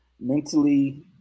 mentally